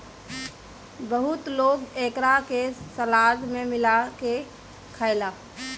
बहुत लोग एकरा के सलाद में मिला के खाएला